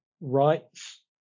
rights